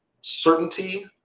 certainty